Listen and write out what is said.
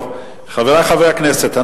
חברי חברי הכנסת,